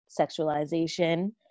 sexualization